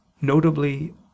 notably